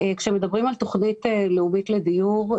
כאשר מדברים על תכנית לאומית לדיור,